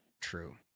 true